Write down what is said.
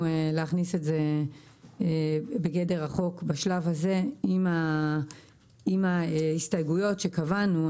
להכניס את זה בגדר החוק בשלב הזה עם ההסתייגויות שקבענו.